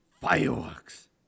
Fireworks